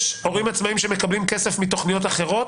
יש הורים שמקבלים כסף מתכניות אחרות?